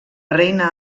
reina